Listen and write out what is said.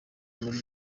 muri